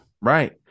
right